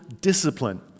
discipline